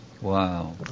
Wow